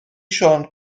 siôn